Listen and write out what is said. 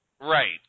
Right